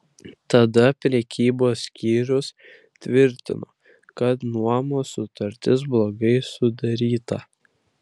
tada prekybos skyrius tvirtino kad nuomos sutartis blogai sudaryta